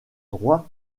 droit